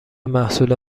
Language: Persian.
محصول